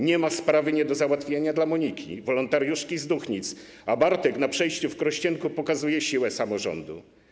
Nie ma sprawy nie do załatwienia dla Moniki, wolontariuszki z Duchnic, a Bartek na przejściu w Krościenku pokazuje siłę samorządu.